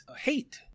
hate